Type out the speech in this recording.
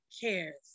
cares